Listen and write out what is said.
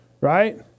Right